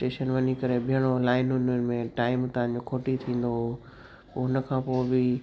station वञी करे बीहिणो लाईनुनि में टाईम तव्हांजो खोटी थींदो हुओ हुन खां पोइ बि